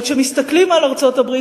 אבל כשמסתכלים על ארצות-הברית,